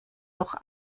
noch